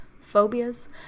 phobias